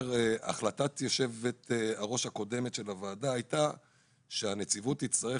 החלטת יושבת הראש הקודמת של הוועדה הייתה שהנציבות תצטרך